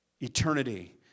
Eternity